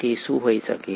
તો તે શું હોઈ શકે